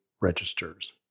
registers